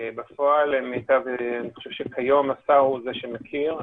בפועל, אני חושב שכיום השר הוא זה שמכיר.